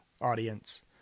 audience